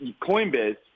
Coinbase